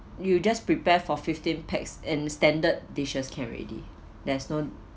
you just prepare for fifteen pax and standard dishes can already there's no